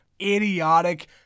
idiotic